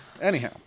Anyhow